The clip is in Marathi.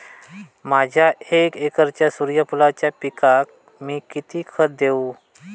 माझ्या एक एकर सूर्यफुलाच्या पिकाक मी किती खत देवू?